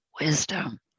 wisdom